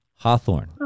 Hawthorne